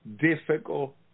difficult